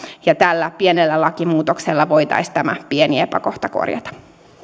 ja tällä pienellä lakimuutoksella voitaisiin tämä pieni epäkohta korjata